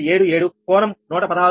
77 కోణం 116